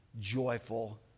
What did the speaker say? joyful